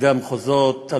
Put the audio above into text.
מפקדי המחוזות,